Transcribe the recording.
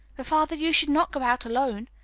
father, you should not go out alone.